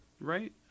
right